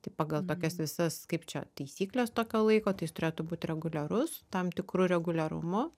tai pagal tokias visas kaip čia taisykles tokio laiko tai jis turėtų būt reguliarus tam tikru reguliarumu